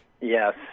Yes